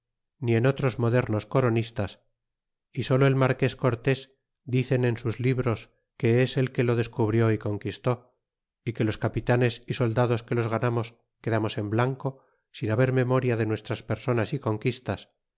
ni en otros modernos coronistas y solo el marques cortés dicen en sus libros que es el que lo descubrió y conquistó y que los capitanes y soldados que los ganamos quedamos en blanco sin haber memoria de nuestras personas y conquistas